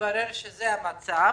מתברר שזה המצב.